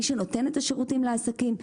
מי שנותן את השירותים לעסקים.